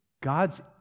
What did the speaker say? God's